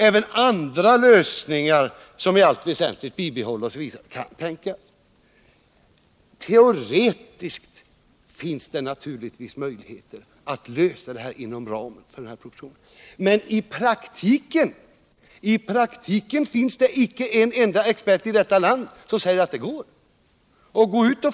Även andra lösningar som i allt väsentligt bibehåller och vidareutvecklar ——— synes möjliga ——--.” Teoretiskt finns det naturligtvis möjligheter att lösa det här inom ramen för propositionen. Men i praktiken finns det icke en enda expert i detta land som säger att det går.